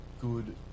good